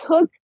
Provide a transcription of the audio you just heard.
took